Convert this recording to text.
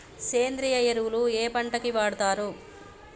సేంద్రీయ ఎరువులు ఏ పంట కి వాడుతరు?